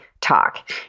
talk